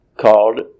called